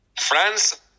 France